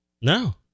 No